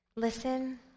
Listen